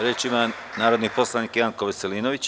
Reč ima narodni poslanik Janko Veselinović.